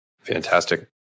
Fantastic